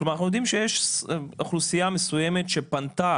כלומר אנחנו יודעים שיש אוכלוסייה מסוימת שפנתה